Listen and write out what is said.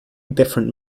different